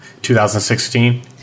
2016